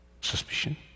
suspicion